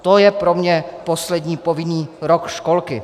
To je pro mě poslední povinný rok školky.